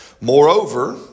moreover